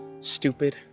stupid